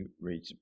reach